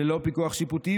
ללא פיקוח שיפוטי,